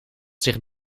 zich